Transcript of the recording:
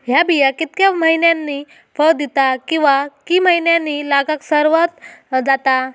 हया बिया कितक्या मैन्यानी फळ दिता कीवा की मैन्यानी लागाक सर्वात जाता?